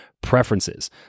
preferences